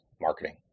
marketing